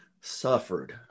suffered